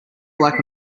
black